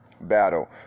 battle